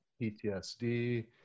PTSD